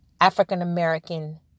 African-American